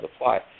apply